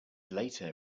later